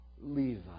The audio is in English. Levi